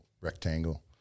rectangle